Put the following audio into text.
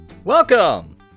Welcome